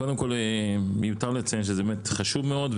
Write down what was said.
קודם כל מיותר לציין שזה חשוב מאוד.